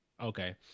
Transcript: Okay